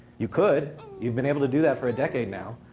you could. you've been able to do that for a decade now.